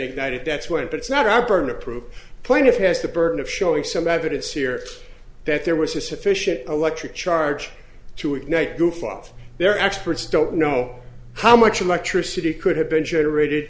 ignited that's when but it's not our burden of proof plaintiff has the burden of showing some evidence here that there was a sufficient electric charge to ignite goof off their experts don't know how much electricity could have been generated